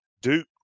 Duke